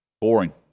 Boring